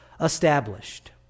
established